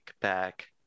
back